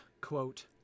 quote